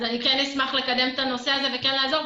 אני כן אשמח לקדם את הנושא הזה וכן לעזור.